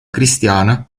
cristiana